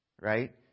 Right